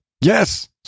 yes